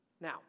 Now